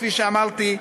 כפי שאמרתי,